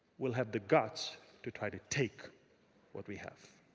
will have the guts to try to take what we have.